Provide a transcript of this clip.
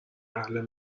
اهل